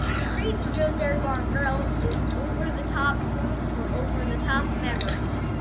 the creed for joe's dairy bar and grill is, over the top food for over the top memories.